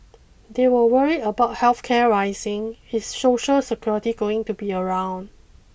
they were worried about health care rising is social security going to be around